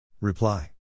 Reply